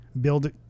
build